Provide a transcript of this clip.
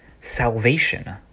Salvation